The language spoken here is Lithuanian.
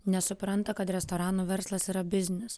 nesupranta kad restoranų verslas yra biznis